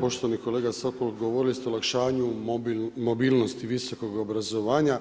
Poštovani kolega Sokol, govorili ste o olakšanju mobilnosti visokog obrazovanja,